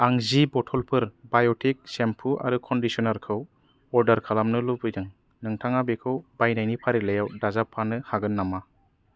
आं जि बथ'लफोर बाय'टिक सेम्पु आरो कन्डिसनारखौ अर्दार खालामनो लुबैदों नोंथाङा बेखौ बायनायनि फारिलाइयाव दाजाबफानो हागोन नामा